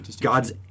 God's